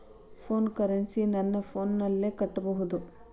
ಫೋನಿನ ಕರೆನ್ಸಿ ನನ್ನ ಫೋನಿನಲ್ಲೇ ಕಟ್ಟಬಹುದು?